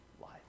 life